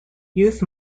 youth